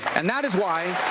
and that is why